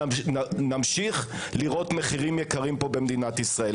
נמשיך לראות מחירים יקרים במדינת ישראל.